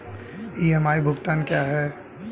EMI भुगतान क्या है?